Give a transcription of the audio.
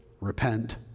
repent